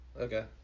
Okay